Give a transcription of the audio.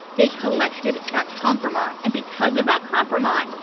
they collected that kompromat. and because of that kompromat,